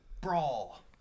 brawl